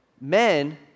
men